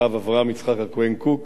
הרב אברהם יצחק הכהן קוק